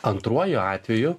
antruoju atveju